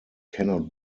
cannot